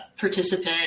participant